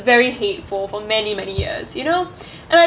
very hateful for many many years you know and I